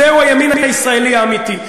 זהו הימין הישראלי האמיתי.